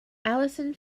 allison